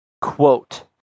quote